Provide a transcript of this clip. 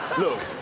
look.